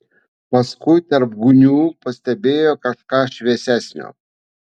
paskui tarp gūnių pastebėjo kažką šviesesnio